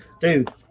dude